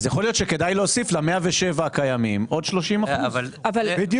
אז יכול להיות שכדאי להוסיף ל-107 הקיימים עוד 30%. בדיוק.